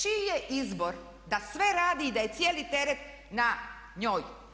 Čiji je izbor da sve radi i da je cijeli teret na njoj?